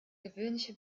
gewöhnliche